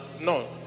No